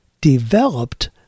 developed